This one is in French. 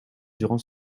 durant